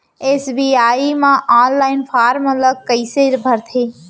SBI म online form ल कइसे भरथे?